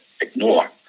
ignore